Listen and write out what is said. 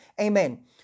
Amen